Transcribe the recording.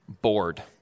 bored